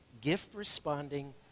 gift-responding